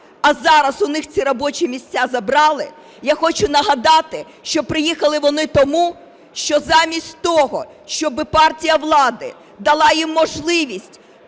а зараз у них ці робочі місця забрали. Я хочу нагадати, що приїхали вони тому, що замість того, щоб партія влади дала їм можливість